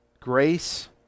grace